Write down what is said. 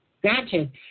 Granted